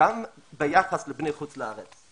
גם ביחס לבני חוץ לארץ.